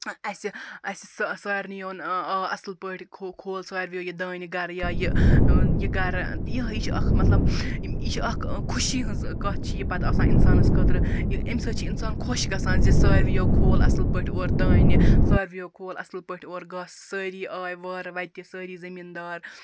اَسہِ اَسہِ سارنٕے اوٚن آ اصٕل پٲٹھۍ کھوٗل سارِوِٕے یہِ دانہٕ گَرٕ یا یہِ یہِ گَرٕ یِہَے چھِ اکھ مَطلَب یہِ چھِ اکھ خُشی ہٕنٛز کتھ چھِ یہِ پَتہٕ آسان اِنسانَس خٲطرٕ امہِ سۭتۍ چھ اِنسان خۄش گَژھان زِ ساروِیو کھوٗل اصٕل پٲٹھۍ اورٕ دانہِ ساروِیو کھوٗل اصٕل پٲٹھۍ اورٕ گاسہٕ سٲری آے وارٕ وَتہِ سٲری زمیٖنٛدار